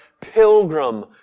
pilgrim